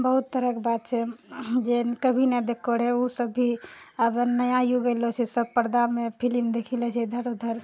बहुत तरहके बात छै जे कभी नहि देखो रहै ओ सभ भी आब नया युग आइलो छै सभ पर्दामे फिलिम देखी लए छै इधर उधर